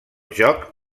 joc